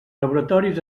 laboratoris